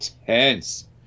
intense